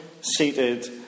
seated